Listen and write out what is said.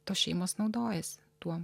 tos šeimos naudojasi tuo